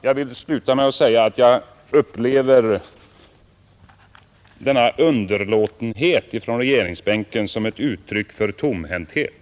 Jag vill sluta med att säga att jag upplever denna underlåtenhet från regeringsbänken som ett uttryck för tomhänthet.